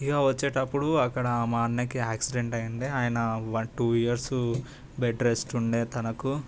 ఇగ వచ్చేటప్పుడు అక్కడ మా అన్నకి యాక్సిడెంట్ అయిండా ఆయన one two years bed rest ఉండే తనకు